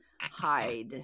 hide